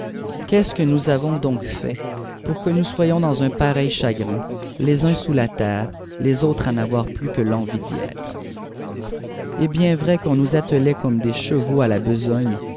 qu'est-ce que nous avons donc fait pour que nous soyons dans un pareil chagrin les uns sous la terre les autres à n'avoir plus que l'envie d'y être c'est bien vrai qu'on nous attelait comme des chevaux à la besogne